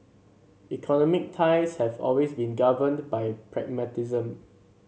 economic ties have always been governed by pragmatism